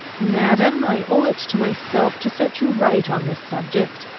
madam, i owe it to myself to set you right on this subject.